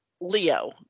Leo